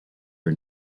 for